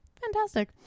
Fantastic